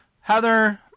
Heather